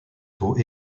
taux